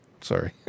Sorry